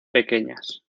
pequeñas